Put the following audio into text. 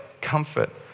comfort